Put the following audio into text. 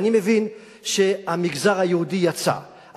אני מבין שהמגזר היהודי יצא,